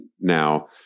now